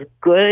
good